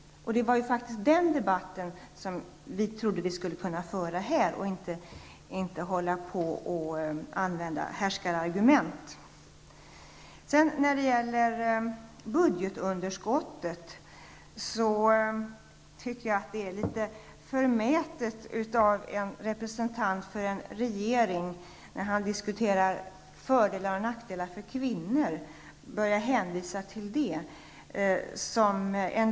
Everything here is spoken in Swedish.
Det var den debatten som vi trodde att vi skulle kunna föra här, i stället för att använda härskarargument. När det sedan gäller budgetunderskottet tycker jag att det är litet förmätet av en representant för regeringen att hänvisa till fördelar och nackdelar för kvinnor.